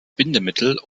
bindemittel